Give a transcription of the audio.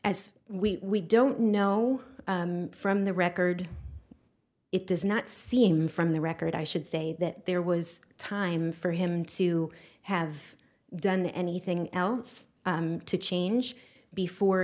as we don't know from the record it does not seem from the record i should say that there was time for him to have done anything else to change before